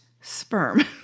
sperm